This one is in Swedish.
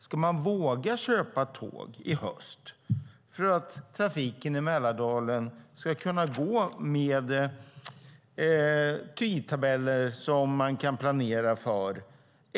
Ska de våga köpa tåg i höst för att trafiken i Mälardalen ska kunna gå med tidtabeller som man kan planera för?